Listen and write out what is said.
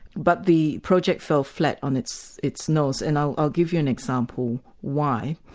but the project fell flat on its its nose. and i'll i'll give you an example why.